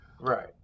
Right